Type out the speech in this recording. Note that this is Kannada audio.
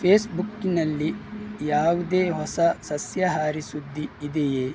ಫೇಸ್ಬುಕಿನಲ್ಲಿ ಯಾವುದೇ ಹೊಸ ಸಸ್ಯಾಹಾರಿ ಸುದ್ದಿ ಇದೆಯೇ